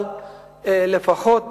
אבל לפחות